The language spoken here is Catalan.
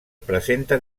presenta